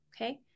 okay